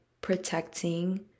protecting